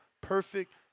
perfect